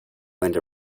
went